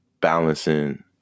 balancing